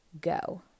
go